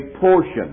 portion